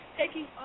taking